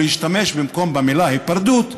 ובמקום המילה "היפרדות"